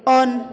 on